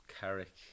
Carrick